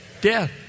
death